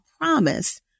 promise